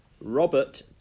Robert